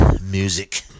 music